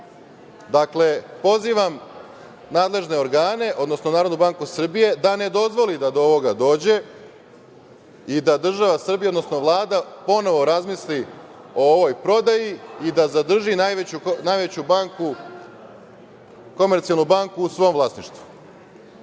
pozivam nadležne organe, odnosno NBS da ne dozvoli da do ovoga dođe i da država Srbija, odnosno Vlada ponovo razmisli o ovoj prodaji i da zadrži najveću banku, „Komercijalnu banku“ u svom vlasništvu.